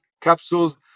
capsules